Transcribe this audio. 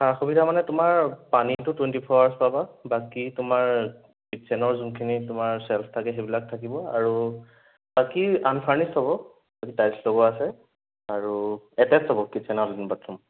সা সুবিধা মানে তোমাৰ পানীটো টুৱেণ্টি ফ'ৰ আৱাৰ্ছ পাবা বাকী তোমাৰ কিটচেনৰ যোনখিনি তোমাৰ চেল্ফ থাকে সেইবিলাক থাকিব আৰু বাকী আনফাৰ্নিছড্ হ'ব টাইলছ্ লগোৱা আছে আৰু এটেচড হ'ব কিটচেন আৰু লেট্ৰিন বাথৰুম